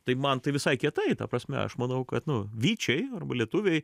taip man tai visai kietai ta prasme aš manau kad nu vyčiai arba lietuviai